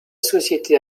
société